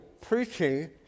preaching